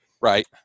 Right